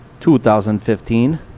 2015